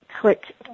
click